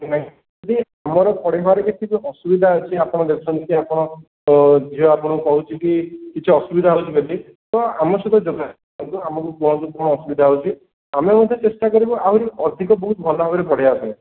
ନାହିଁ ଯଦି ଆମର ପଢ଼େଇବାରେ କିଛି ବି ଅସୁବିଧା ଅଛି ଆପଣ ଦେଖୁଛନ୍ତି କି ଆପଣ ଝିଅ ଆପଣଙ୍କୁ କହୁଛି କି କିଛି ଅସୁବିଧା ହେଉଛି ବୋଲି ତ ଆମ ସହିତ ଯୋଗାଯୋଗ କରନ୍ତୁ ଆମକୁ କୁହନ୍ତୁ କଣ ଅସୁବିଧା ହେଉଛି ଆମେ ମଧ୍ୟ ଚେଷ୍ଟା କରିବୁ ଆହୁରି ଅଧିକ ବହୁତ ଭଲ ଭାବରେ ପଢ଼େଇବା ପାଇଁ